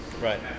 Right